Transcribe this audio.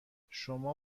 شما